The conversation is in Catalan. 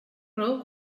raó